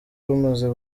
rumaze